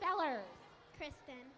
speller kristen